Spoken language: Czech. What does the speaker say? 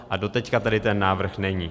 A doteď tady ten návrh není.